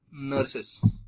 nurses